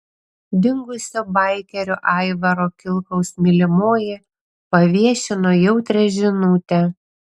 dingusio baikerio aivaro kilkaus mylimoji paviešino jautrią žinutę